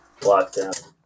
lockdown